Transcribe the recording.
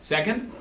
second?